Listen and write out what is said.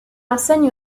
enseigne